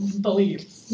believe